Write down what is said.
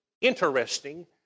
interesting